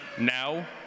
Now